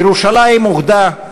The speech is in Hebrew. ירושלים אוחדה,